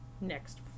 next